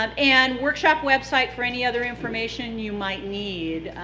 um and workshop website for any other information you might need.